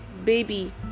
baby